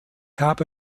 habe